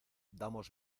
damos